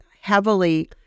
heavily